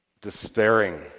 despairing